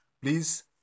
please